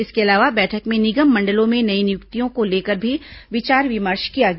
इसके अलावा बैठक में निगम मंडलों में नई नियुक्तियों को लेकर भी विचार विमर्श किया गया